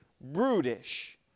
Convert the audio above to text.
brutish